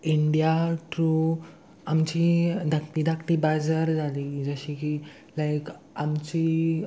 India true आमची धाकटी धाकटी बाजार जाली जशी की लायक आमची